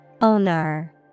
Owner